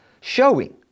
showing